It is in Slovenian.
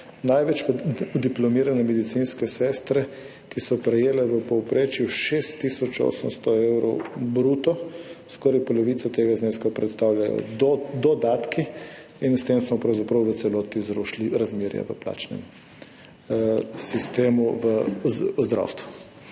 največ pa diplomirane medicinske sestre, ki so prejele v povprečju 6 tisoč 800 evrov bruto. Skoraj polovico tega zneska predstavljajo dodatki in s tem smo pravzaprav v celoti zrušili razmerje v plačnem sistemu v zdravstvu.